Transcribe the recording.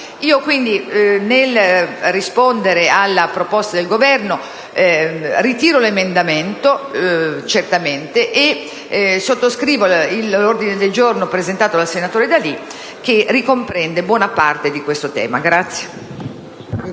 Quindi, nel rispondere alla proposta del Governo, ritiro, certamente, l'emendamento e sottoscrivo l'ordine del giorno G4.2, presentato dal senatore D'Alì, che ricomprende buona parte di questo tema.